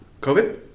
COVID